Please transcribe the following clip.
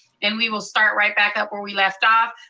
and we will start right back up where we left off.